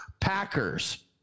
Packers